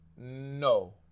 No